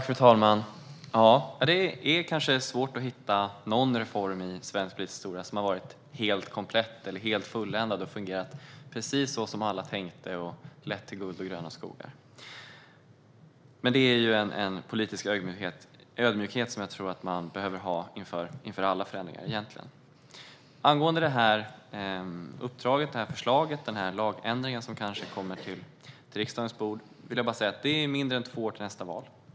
Fru talman! Det är kanske svårt att hitta en reform i svensk politisk historia som har varit helt komplett eller helt fulländad, som har fungerat precis så som alla tänkt och som har lett till guld och gröna skogar. Detta är en politisk ödmjukhet som jag tror att man egentligen behöver ha inför alla förändringar. Angående uppdraget, förslaget och lagändringen som kanske kommer till riksdagens bord vill jag säga att det återstår mindre än två år till nästa val.